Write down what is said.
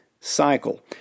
cycle